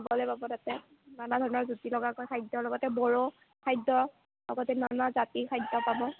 খাবলৈ পাব তাতে নানা ধৰণৰ জুতি লগাকৈ খাদ্যৰ লগতে বড়ো খাদ্য লগতে নানা জাতিৰ খাদ্য পাব